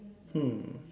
mm